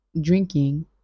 drinking